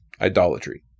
idolatry